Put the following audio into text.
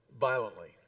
violently